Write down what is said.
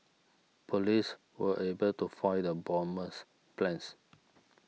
police were able to foil the bomber's plans